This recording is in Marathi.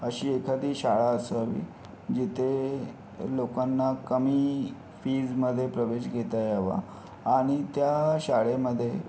अशी एखादी शाळा असावी जिथे लोकांना कमी फीजमधे प्रवेश घेता यावा आणि त्या शाळेमध्ये